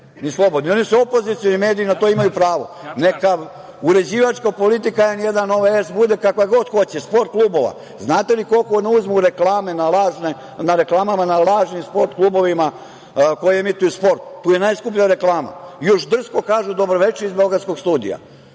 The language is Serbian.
oni su opozicioni mediji, na to imaju pravo. Neka uređivačka politika „N1“, „Nova S“ bude kakva god hoće, „Sport klubova“.Znate li koliko oni uzmu na reklama na lažnim Sport klubovima koji emituju sport, tu je najskuplja reklama, još drsko kažu – dobro veče iz beogradskog studija. Da